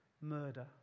murder